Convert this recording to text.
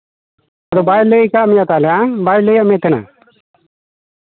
ᱟᱫᱚ ᱵᱟᱭ ᱞᱟᱹᱭ ᱠᱟᱜ ᱢᱮᱭᱟ ᱛᱟᱦᱞᱮ ᱟᱢ ᱵᱟᱭ ᱞᱟᱹᱭᱟᱜ ᱢᱮ ᱛᱟᱦᱮᱱᱟ